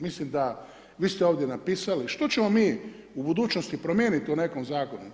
Mislim da, vi ste ovdje napisali, što ćemo mi u budućnosti promijeniti u nekom zakonu.